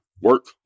Work